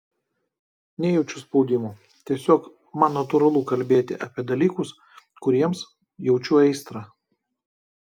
nejaučiu spaudimo tiesiog man natūralu kalbėti apie dalykus kuriems jaučiu aistrą